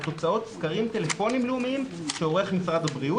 תוצאות סקרים טלפוניים לאומיים שעורך משרד הבריאות.